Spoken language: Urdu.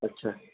اچھا